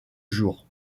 jours